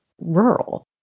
rural